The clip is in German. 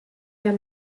herr